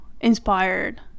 inspired